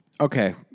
Okay